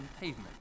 pavement